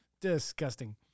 disgusting